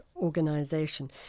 organization